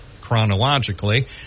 chronologically